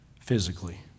physically